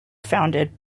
founded